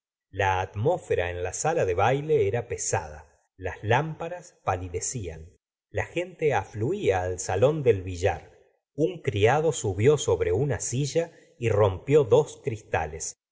la atmósfera en la sala de baile era pesada las lámparas palidecían la gente afluía al salón del billar un criado subió sobre una silla y rompió dos cristales